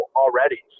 already